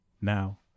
Now